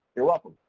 you're welcome.